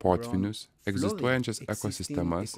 potvynius egzistuojančias ekosistemas